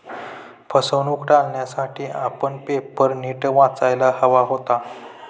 फसवणूक टाळण्यासाठी आपण पेपर नीट वाचायला हवा होता